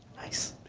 nice.